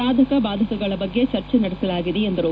ಸಾಧಕ ಬಾಧಕಗಳ ಬಗ್ಗೆ ಚರ್ಚೆ ನಡೆಸಲಾಗಿದೆ ಎಂದರು